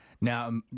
Now